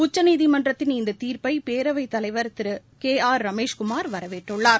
உச்சநீதிமன்றத்தின் இந்த தீர்ப்பை பேரவைத் தலைவர் திரு கே ஆர் ரமேஷ்குமார் வரவேற்றுள்ளார்